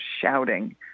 shouting